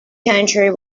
country